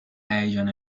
هیجان